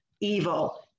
evil